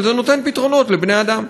אבל זה נותן פתרונות לבני-אדם.